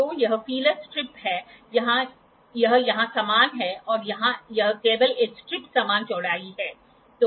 तो यह feeler strip है यह यहां समान है और यहां यह केवल एक स्ट्रिप समान चौड़ाई है